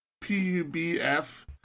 P-U-B-F